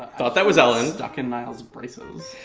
thought that was ellen. suck and niall's braces.